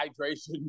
hydration